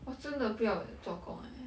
我真的不要有做工 eh